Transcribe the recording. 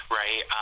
right